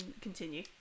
continue